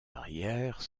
arrière